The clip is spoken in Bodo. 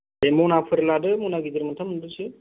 दे मनाफोर लादो मना गिदिर मोन्थाम मोनब्रैसो